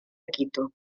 quito